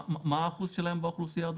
מה האחוז שלהם באוכלוסייה?